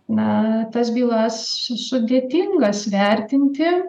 na tas bylas sudėtingas vertinti